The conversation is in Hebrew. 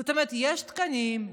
זאת אומרת שיש תקנים,